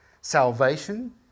salvation